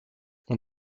ont